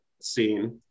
scene